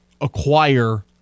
acquire